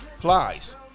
Plies